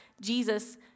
Jesus